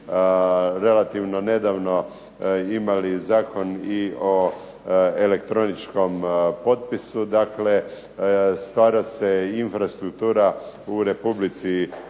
relativno nedavno imali zakon i o električkom potpisu, dakle stvara se infrastruktura u Republici